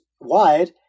wide